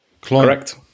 Correct